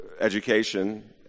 Education